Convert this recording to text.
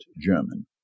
German